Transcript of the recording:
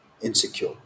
insecure